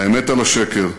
האמת על השקר.